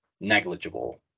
negligible